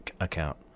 account